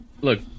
look